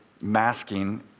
masking